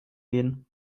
gehen